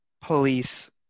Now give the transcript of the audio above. police